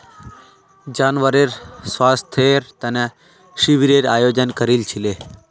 जानवरेर स्वास्थ्येर तने शिविरेर आयोजन करील छिले